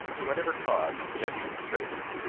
to whatever cause conjecture may trace it,